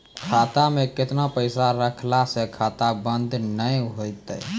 खाता मे केतना पैसा रखला से खाता बंद नैय होय तै?